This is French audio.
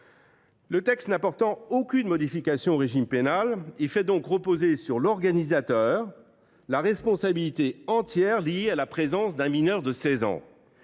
Le texte n’apportant aucune modification au régime pénal, il fait reposer sur l’organisateur la responsabilité liée à la présence d’un mineur de 16 ans.